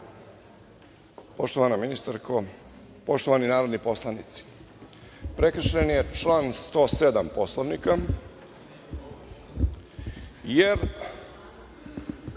poštovana ministarko, poštovani narodni poslanici. Prekršen je član 107. Poslovnika, jer